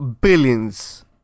billions